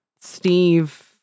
steve